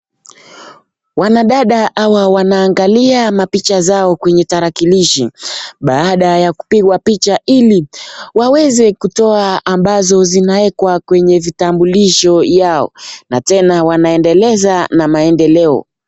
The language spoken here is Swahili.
Wanadada hawa wanaoangalia mapicha zao kwenye tarakilishi baada ya kupigwa picha ili waweze kutoa mbazo zinawekwa kwenye vitambulisho vyao na tena wanaendeleza na maendeleo.